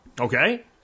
Okay